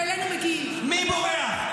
ואלינו מגיעים --- מי בורח?